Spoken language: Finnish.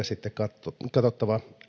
sitten katsottava